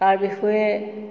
তাৰ বিষয়ে